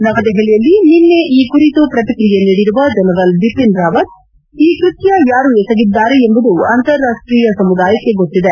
ನವದೆಹಲಿಯಲ್ಲಿ ನಿನ್ನೆ ಈ ಕುರಿತು ಪ್ರತಿಕ್ರಿಯೆ ನೀಡಿರುವ ಜನರಲ್ ಬಿಪಿನ್ ರಾವತ್ ಈ ಕೃತ್ಯ ಯಾರು ಎಸಗಿದ್ದಾರೆ ಎಂಬುದು ಅಂತಾರಾಷ್ಷೀಯ ಸಮುದಾಯಕ್ಕೆ ಗೊತ್ತಿದೆ